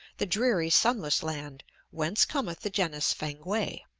the dreary, sunless land whence cometh the genus fankwae.